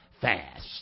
Fast